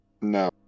no